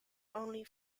only